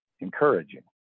encouraging